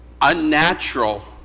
unnatural